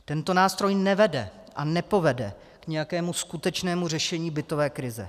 Tento nástroj nevede a nepovede k nějakému skutečnému řešení bytové krize.